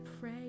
pray